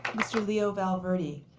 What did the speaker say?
mr. leo valverde